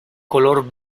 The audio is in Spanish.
color